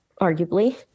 arguably